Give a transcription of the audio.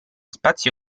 spazi